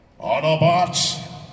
Autobots